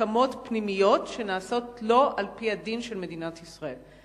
הסכמות פנימיות שנעשות לא על-פי הדין של מדינת ישראל.